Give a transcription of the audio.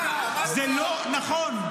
זה לא נכון.